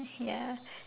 ya